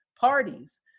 parties